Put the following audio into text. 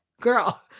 Girl